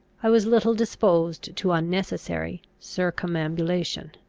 i was little disposed to unnecessary circumambulation.